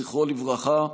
זכרו לברכה,